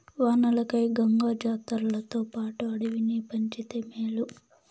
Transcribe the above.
వానలకై గంగ జాతర్లతోపాటు అడవిని పంచితే మేలు